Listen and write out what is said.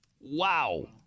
Wow